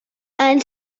and